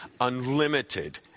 unlimited